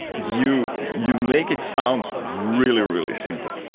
you you make it sound really, really simple.